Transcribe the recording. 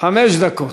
חמש דקות,